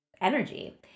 energy